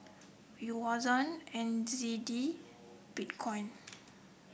Yuan and Z D Bitcoin